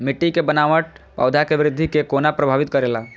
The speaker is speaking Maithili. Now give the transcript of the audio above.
मिट्टी के बनावट पौधा के वृद्धि के कोना प्रभावित करेला?